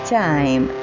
time